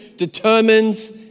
determines